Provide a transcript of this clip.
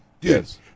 Yes